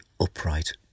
upright